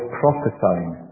prophesying